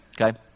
okay